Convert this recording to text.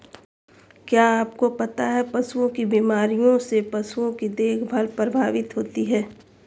क्या आपको पता है पशुओं की बीमारियों से पशुओं की देखभाल प्रभावित होती है?